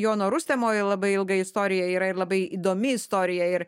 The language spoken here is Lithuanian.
jono rustemo labai ilga istorija yra ir labai įdomi istorija ir